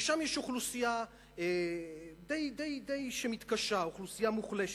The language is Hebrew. ושם יש אוכלוסייה די מתקשה, אוכלוסייה מוחלשת,